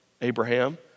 Abraham